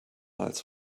als